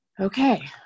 Okay